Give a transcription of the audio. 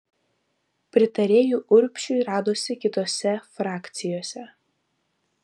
pritarėjų urbšiui radosi kitose frakcijose